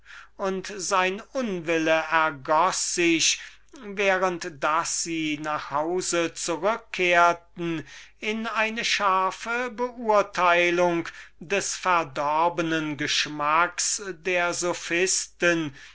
und sein unwille ergoß sich während daß sie nach hause fuhren in eine scharfe verurteilung des verdorbenen geschmacks des